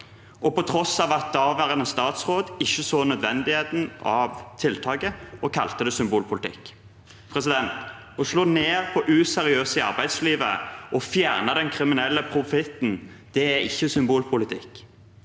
og på tross av at daværende statsråd ikke så nødvendigheten av tiltaket og kalte det symbolpolitikk. Å slå ned på det useriøse arbeidslivet og fjerne den kriminelle profitten er ikke symbolpolitikk.